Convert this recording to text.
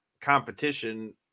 competition